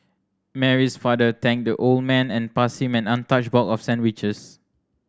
Mary's father thanked the old man and passed him an untouched box of sandwiches